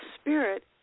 spirit